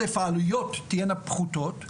אלף העלויות תהיינה פחותות,